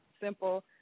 simple